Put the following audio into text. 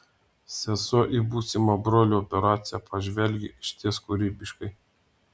sesuo į būsimą brolio operaciją pažvelgė išties kūrybiškai